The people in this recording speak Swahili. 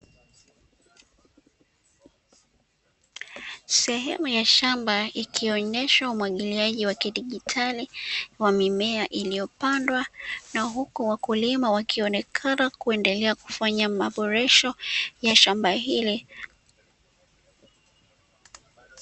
Sehemu ya shamba ikionyesha umwagiliaji wa kidigitali wa mimea iliyopandwa na huku wakulima wakionekana kuendelea kufanya maboresho ya shamba hili.